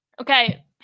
Okay